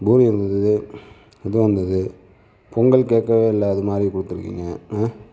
பூரி இருந்தது இதுவும் இருந்தது பொங்கல் கேட்கவே இல்லை அது மாதிரி கொடுத்துருந்தீங்க